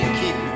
keep